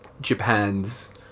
japan's